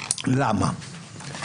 למה?